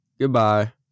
Goodbye